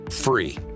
free